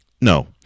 No